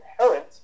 inherent